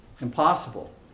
impossible